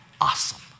awesome